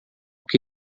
que